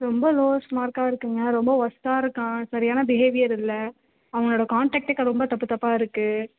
ரொம்ப லோவஸ்ட் மார்க்காக இருக்குதுங்க ரொம்ப ஒர்ஸ்ட்டாக இருக்கான் சரியான பிஹேவியர் இல்லை அவங்களோட கான்டேக்ட்டுகள் க ரொம்ப தப்பு தப்பாக இருக்குது